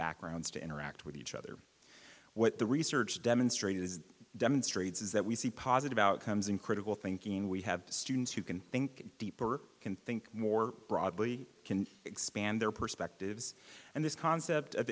backgrounds to interact with each other what the research demonstrated is demonstrates is that we see positive outcomes in critical thinking we have students who can think deeper can think more broadly can expand their perspectives and this concept